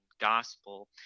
gospel